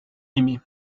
aimée